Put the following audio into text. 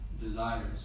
desires